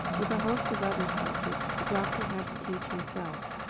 with a host of other subjects, the doctor had to teach himself.